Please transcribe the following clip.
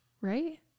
right